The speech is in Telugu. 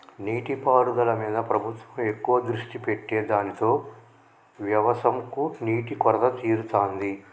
నీటి పారుదల మీద ప్రభుత్వం ఎక్కువ దృష్టి పెట్టె దానితో వ్యవసం కు నీటి కొరత తీరుతాంది